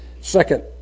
Second